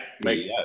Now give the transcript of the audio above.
make